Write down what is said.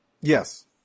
Yes